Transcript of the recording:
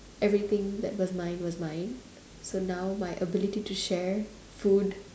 everything that was mine was mine so now my ability to share food